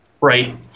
right